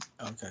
Okay